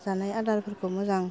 जानाय आदारफोरखौ मोजां